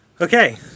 Okay